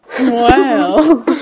Wow